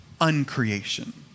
uncreation